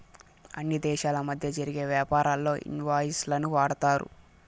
అన్ని దేశాల మధ్య జరిగే యాపారాల్లో ఇన్ వాయిస్ లను వాడతారు